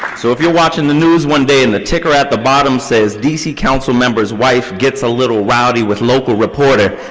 so if you're watching the news one day and the ticker at the bottom says d c. councilmember's wife gets a little rowdy with local reporter,